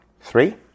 Three